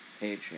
Patreon